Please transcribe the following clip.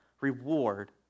reward